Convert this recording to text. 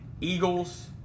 Eagles